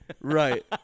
Right